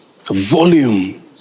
Volume